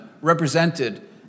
represented